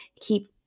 keep